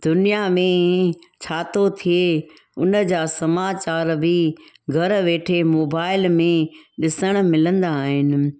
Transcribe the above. दुनिया में छाथो थिए उन जा समाचार बि घर वेठे मोबाइल में ॾिसणु मिलंदा आहिनि